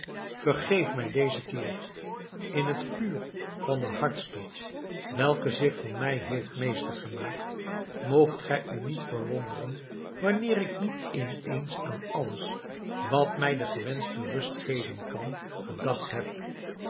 vergeef mij dezen keer in het vuur van den hartstocht welke zich van mij heeft meester gemaakt moogt gij u niet verwonderen wanneer ik niet in eens aan alles wat mij de gewenschte rust geven kan gedacht heb